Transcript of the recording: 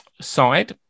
side